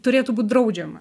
turėtų būt draudžiama